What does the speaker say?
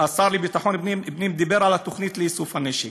השר לביטחון פנים דיבר על התוכנית לאיסוף הנשק.